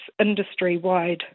industry-wide